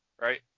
right